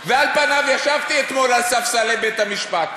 ועל פניו, ישבתי אתמול על ספסלי בית-המשפט,